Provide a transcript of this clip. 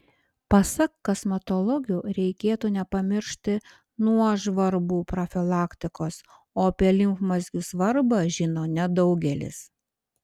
pasak kosmetologių reikėtų nepamiršti nuožvarbų profilaktikos o apie limfmazgių svarbą žino nedaugelis